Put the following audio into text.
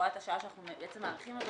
בהוראת השעה, שאנחנו בעצם מאריכים אותו